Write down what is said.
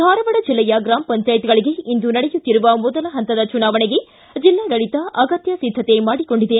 ಧಾರವಾಡ ಜಿಲ್ಲೆಯ ಗ್ರಾಮ ಪಂಚಾಯತ್ಗಳಿಗೆ ಇಂದು ನಡೆಯುತ್ತಿರುವ ಮೊದಲ ಹಂತದ ಚುನಾವಣೆಗೆ ಜಿಲ್ಲಾಡಳಿತ ಅಗತ್ಯ ಸಿದ್ಧತೆ ಮಾಡಿಕೊಂಡಿದೆ